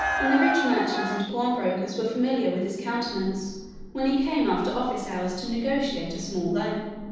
and the rich merchants and pawnbrokers were familiar with his countenance when he came after office hours to negotiate a small loan.